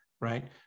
right